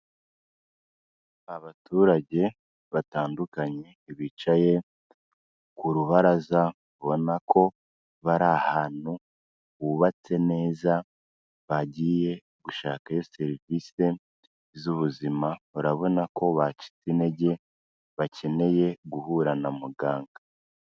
Abaturage batandukanye bicaye ku rubaraza, ubona ko bari ahantu hubatse neza, bagiye gushakayo serivise z'ubuzima, urabona ko bacitse intege bakeneye guhura na muganga.